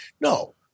No